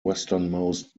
westernmost